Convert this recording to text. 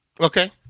Okay